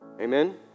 Amen